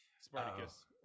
Spartacus